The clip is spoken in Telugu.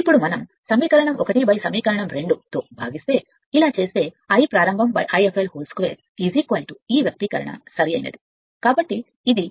ఇప్పుడు మనం సమీకరణం 1 సమీకరణం 2 ను విభజిస్తే అలా చేస్తే Iప్రారంభ 2 Iప్రారంభ Iమొత్తం2 ఈ వ్యక్తీకరణసరైనది కాబట్టి ఇది